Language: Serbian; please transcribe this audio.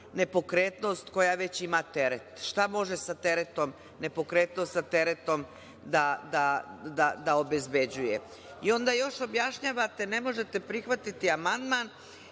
koja već ima teret. Šta može nepokretnost sa teretom da obezbeđuje? I onda još objašnjavate da ne možete prihvatiti amandman